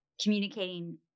communicating